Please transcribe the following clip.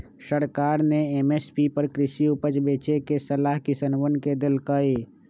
सरकार ने एम.एस.पी पर कृषि उपज बेचे के सलाह किसनवन के देल कई